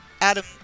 adam